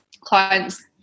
clients